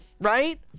right